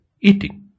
eating